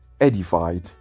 edified